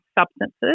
substances